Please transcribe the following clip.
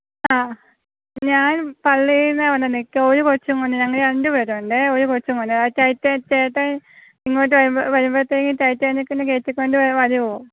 ആ ഞാന് പള്ളിയിൽനിന്ന് അവിടെ നിൽക്കും ഒരു കൊച്ചും കൂടെ ഞങ്ങൾ രണ്ട് പേര് ഉണ്ടേ ഒരു കൊച്ചുമോനാ ചേട്ടന് ഇങ്ങോട്ട് വരുമ്പഴത്തേക്കിന് കയറ്റിക്കൊണ്ടു വരുമോ